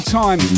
time